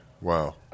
Wow